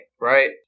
right